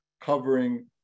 covering